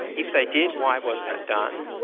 if they did, why wasn't it done?